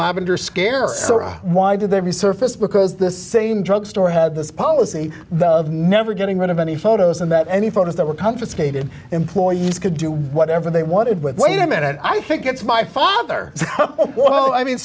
lavender scare so why did they resurface because this same drug store had this policy of never getting rid of any photos and that any photos that were confiscated employees could do whatever they wanted with wait a minute i think it's my father well i mean